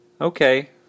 Okay